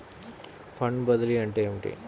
Fund బదిలీ అంటే ఏమిటి?